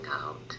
out